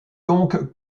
donc